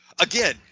Again